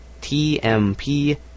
tmp